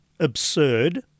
Absurd